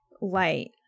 Light